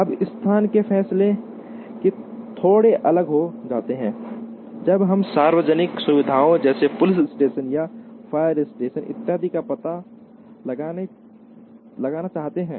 अब स्थान के फैसले भी थोड़े अलग हो जाते हैं जब हम सार्वजनिक सुविधाओं जैसे पुलिस स्टेशन या फायर स्टेशन इत्यादि का पता लगाना चाहते हैं